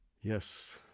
yes